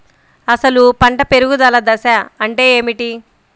అసలు పంట పెరుగుదల దశ అంటే ఏమిటి?